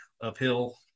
uphill